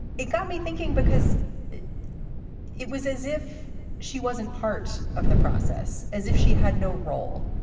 it got me thinking because it it was as if she wasn't part of the process, as if she had no role.